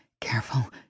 Careful